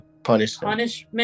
Punishment